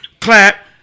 clap